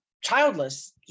childless